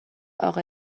اقا